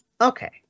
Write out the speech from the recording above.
Okay